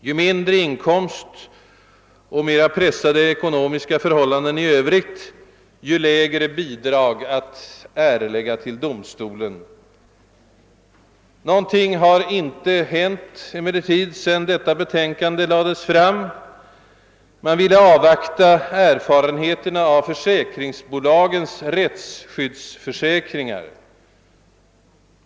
Ju mindre inkomst och ju mer pressade ekonomiska förhållanden i övrigt, desto lägre bidrag att erlägga till domstolen. Ingenting har emellertid hänt sedan detta betänkande lades fram. Man ville avvakta erfarenheterna av försäkringsbolagens rättsskyddsförsäkringar.